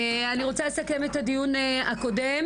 אני רוצה לסכם את הדיון הקודם.